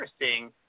interesting